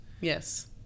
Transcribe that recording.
Yes